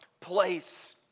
place